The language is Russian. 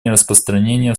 нераспространения